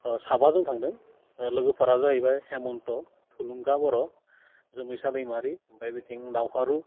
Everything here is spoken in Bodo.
साबा जों थांदों लोगोफोरा जाहैबाय हेमन्त थुलुंगा बर' जोमैसा दैमारि ओमफ्राय बिथिं दावहारु